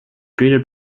greeted